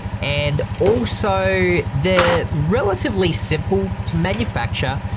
and also they're relatively simple to manufacture.